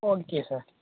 okay sir